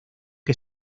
que